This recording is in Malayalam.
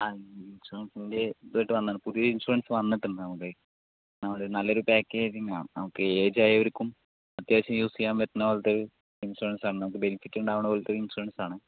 ആ ഒരു പുതിയ ഇൻഷുറൻസിൻ്റെ ഇതായിട്ട് വന്നതാണ് പുതിയൊരു ഇൻഷുറൻസ് വന്നിട്ടുണ്ട് നമ്മക്ക് നമ്മക്ക് നല്ലൊരു പാക്കേജിങ്ങാണ് ഏജയവർക്കും അത്യാവശ്യം യൂസ് ചെയ്യാൻ പറ്റുന്ന പോലെത്തെയൊരു ഇൻഷുറന്സാണ് നമുക്ക് ബെനിഫിറ്റുണ്ടാകുന്ന പോലെത്തെ ഒരു ഇൻഷുറന്സാണ്